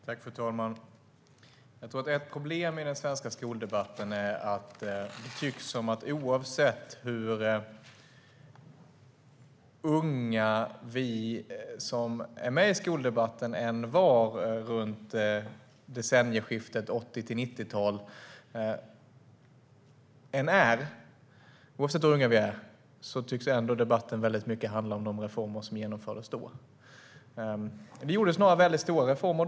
Fru talman! Jag tror att ett problem i den svenska skoldebatten är att oavsett hur unga vi som är med i skoldebatten än var vid decennieskiftet från 80-tal till 90-tal tycks det som att debatten handlar väldigt mycket om de reformer som genomfördes då. Det gjordes några väldigt stora reformer.